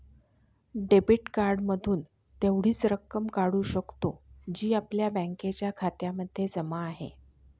debit card मधून तेवढीच रक्कम काढू शकतो, जी आपल्या बँकेच्या खात्यामध्ये जमा आहे